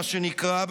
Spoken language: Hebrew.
מה שנקרא,